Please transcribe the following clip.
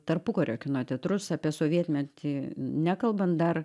tarpukario kino teatrus apie sovietmetį nekalbant dar